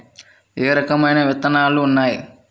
ఏ రకమైన విత్తనాలు ఉన్నాయి?